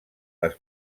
les